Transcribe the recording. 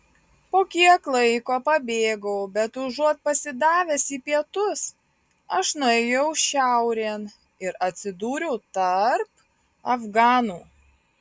po kiek laiko pabėgau bet užuot pasidavęs į pietus aš nuėjau šiaurėn ir atsidūriau tarp afganų